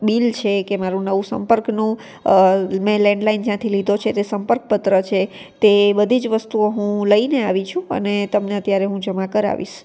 bill છે કે મારું નવું સંપર્કનું મેં લેન્ડલાઇન જ્યાંથી લીધો છે તે સંપર્કપત્ર છે તે બધી જ વસ્તુઓ હું લઈને આવી છું અને તમને અત્યારે હું જમા કરાવીશ